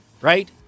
right